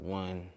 one